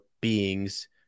beings